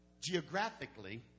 Geographically